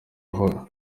aho